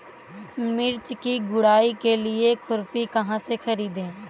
मिर्च की गुड़ाई के लिए खुरपी कहाँ से ख़रीदे?